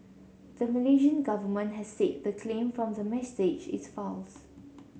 the Malaysian government has said the claim from the message is false